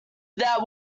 that